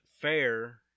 fair